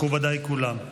מכובדיי כולם,